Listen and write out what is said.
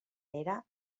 era